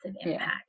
impact